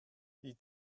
die